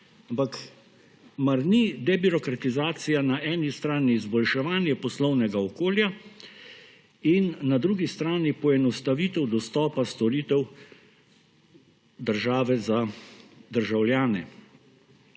Ampak, mar ni debirokratizacija na eni strani izboljševanje poslovnega okolja in na drugi strani poenostavitev dostopa storitev države za državljane?